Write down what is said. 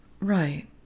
Right